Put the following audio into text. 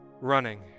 running